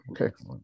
okay